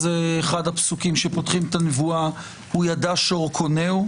אז אחד הפסוקים שפותחים את הנבואה הוא "ידע שור קונהו,